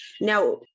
Now